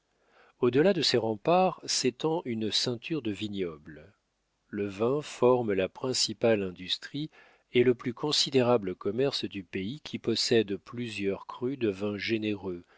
delà de ces remparts s'étend une ceinture de vignobles le vin forme la principale industrie et le plus considérable commerce du pays qui possède plusieurs crus de vins généreux